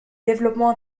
développement